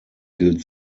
gilt